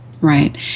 Right